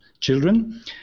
children